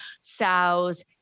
sows